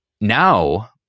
now